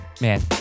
Man